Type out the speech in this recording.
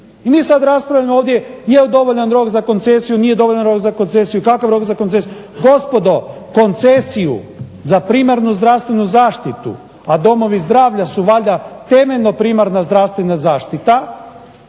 I mi sad raspravljamo ovdje jel dovoljan rok za koncesiju, nije dovoljan rok za koncesiju, kakav rok za koncesiju. Gospodo, koncesiju za primarnu zdravstvenu zaštitu, a domovi zdravlja su valjda temeljna primarna zdravstvena zaštita,